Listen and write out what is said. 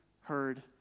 heard